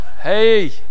Hey